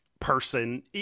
person